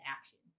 actions